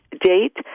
date